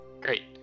Great